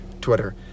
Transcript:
twitter